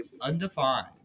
Undefined